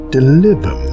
Deliver